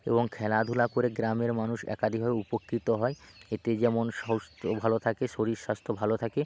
এবং খেলাধুলা করে গ্রামের মানুষ একাধিকভাবে উপকৃত হয় এতে যেমন স্বাস্থ্য ভালো থাকে শরীর স্বাস্থ্য ভালো থাকে